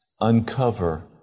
uncover